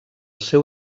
seu